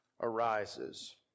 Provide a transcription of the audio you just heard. arises